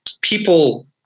People